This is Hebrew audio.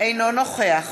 אינו נוכח